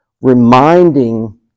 reminding